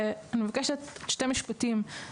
אני מבקשת שני משפטים.